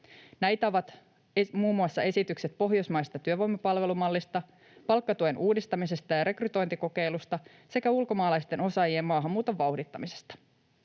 Näitä ovat muun muassa esitykset pohjoismaisesta työvoimapalvelumallista, palkkatuen uudistamisesta ja rekrytointikokeilusta sekä ulkomaalaisten osaajien maahanmuuton vauhdittamisesta.